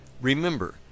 Remember